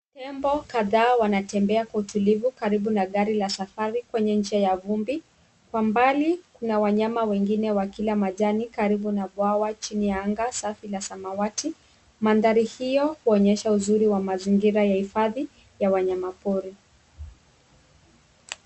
Tembo kadhaa wanatembea kwa utulivu karibu na gari la safari kwenye njia ya vumbi. Kwa mbali, kuna wanyama wengine wakila majani karibu na bwawa chini ya anga safi la samawati. Mandhari hiyo huonyesha uzuri wa mazingira ya hifadhi ya wanyamapori.